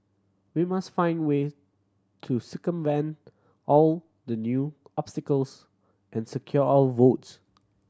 we must find a way to circumvent all the new obstacles and secure our votes